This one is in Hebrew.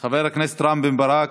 חבר הכנסת רם בן ברק.